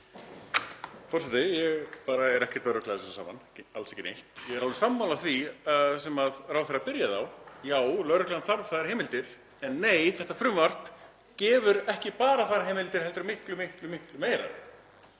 Forseti. Ég er bara ekkert að rugla þessu saman, alls ekki neitt. Ég er alveg sammála því sem ráðherra byrjaði á. Já, lögreglan þarf þær heimildir. En nei, þetta frumvarp gefur ekki bara þær heimildir heldur miklu, miklu meira.